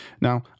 Now